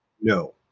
no